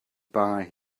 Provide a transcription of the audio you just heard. buy